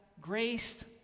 grace